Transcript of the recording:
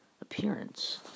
appearance